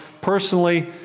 personally